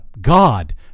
God